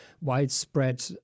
widespread